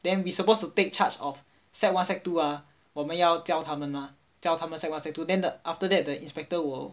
then we supposed to take charge of sec one sec two ah 我们要教他们 mah 教他们 sec one sec two then after that the inspector will